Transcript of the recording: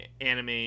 anime